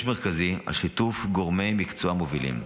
מרכזי על שיתוף גורמי מקצוע מובילים,